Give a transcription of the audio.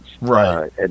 Right